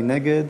מי נגד?